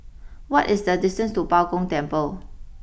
what is the distance to Bao Gong Temple